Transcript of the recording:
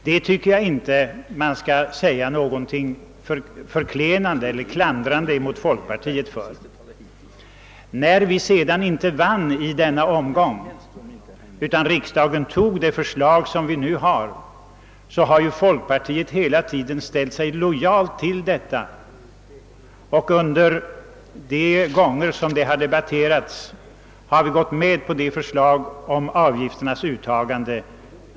Jag tycker inte att det skall sägas något klandrande om folkpartiet av den anledningen. Vi vann inte den omgången, utan riksdagen antog det nuvarande systemet, som folkpartiet hela tiden varit lojalt mot, och vid debatterna har det gått med på framförda förslag om avgifternas uttagande.